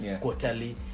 quarterly